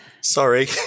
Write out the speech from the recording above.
Sorry